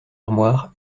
armoire